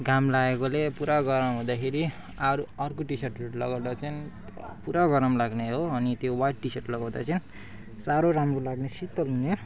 घाम लागेकोले पुरा गरम हुँदाखेरि अरू अर्को टिसर्टहरू लगाउँदा चाहिँ पुरा गरम लाग्ने हो अनि त्यो वाइट टिसर्ट लगाउँदा चाहिँ साह्रो राम्रो लाग्ने शीतल हुने